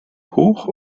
hoch